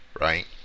right